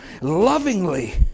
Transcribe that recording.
lovingly